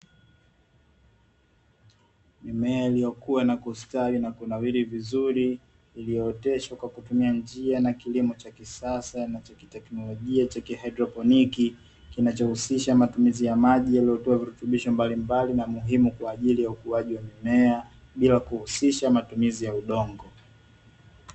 Mimea iliyokuwa na kustawi na kunawiri vizuri, iliyooteshwa kwa kutumia njia na kilimo cha kisasa na cha kitekinolojia cha kihaidroponi, kinachousisha matumizi ya maji yaliyotiwa virutubisho mbalimbali na muhumu kwa ajili ya ukuaji wa mimea bila kuhusisha matumizi ya udongo.